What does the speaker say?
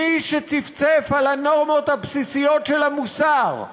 מי שצפצף על הנורמות הבסיסיות של המוסר,